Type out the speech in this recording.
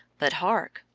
but hark!